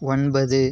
ஒன்பது